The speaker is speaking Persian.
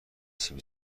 سیب